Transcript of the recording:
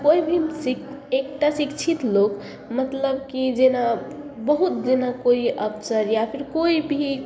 कोइभी शिक एकटा शिक्षित लोक मतलब की जेना बहुत जेना कोइ अफसर या कोइ भी